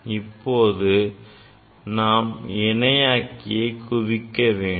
இப்போது நான் இணையாக்கியை குவிக்க வேண்டும்